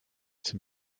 some